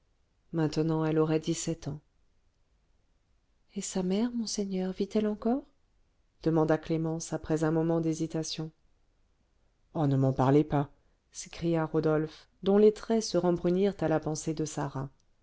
maintenant elle aurait dix-sept ans et sa mère monseigneur vit-elle encore demanda clémence après un moment d'hésitation oh ne m'en parlez pas s'écria rodolphe dont les traits se rembrunirent à la pensée de sarah